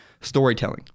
storytelling